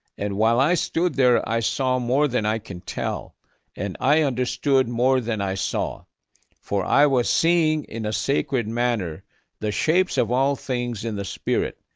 and while i stood there i saw more than i can tell and i understood more than i saw for i was seeing in a sacred manner the shapes of all things in the spirit,